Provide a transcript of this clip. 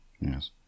Yes